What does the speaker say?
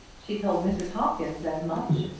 she told mrs. hopkins as much,